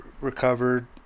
recovered